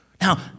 Now